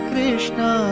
Krishna